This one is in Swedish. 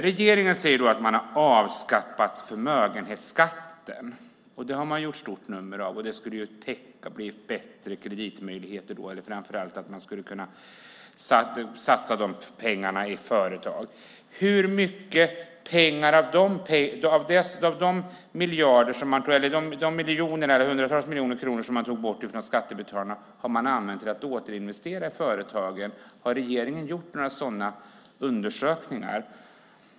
Regeringen säger att man har avskaffat förmögenhetsskatten, och det har man gjort ett stort nummer av. Det skulle ju bli bättre kreditmöjligheter. Framför allt skulle de pengarna kunna satsas i företag. Hur mycket av de hundratals miljoner kronor som man tog bort från skattebetalarna har använts till att återinvestera i företagen? Har regeringen gjort några sådana undersökningar?